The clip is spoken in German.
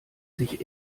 sich